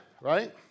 right